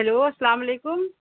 hello السلام علیکم